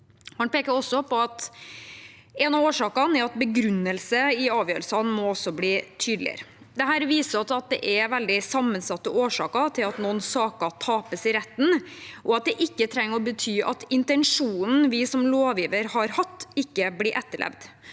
Han peker også på at en av årsakene er at begrunnelsen i avgjørelsene må bli tydeligere. Dette viser oss at det er veldig sammensatte årsaker til at noen saker tapes i retten, og at det ikke trenger å bety at intensjonen vi som lovgiver har hatt, ikke blir etterlevd.